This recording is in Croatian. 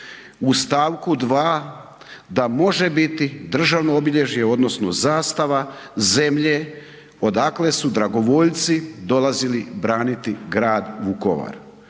u stavku 2., da može biti državno obilježje odnosno zastava zemlje odakle su dragovoljci dolazili braniti Grad Vukovar,